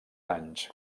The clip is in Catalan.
anys